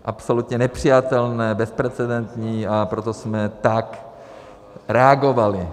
Absolutně nepřijatelné, bezprecedentní, a proto jsme tak reagovali.